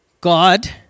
God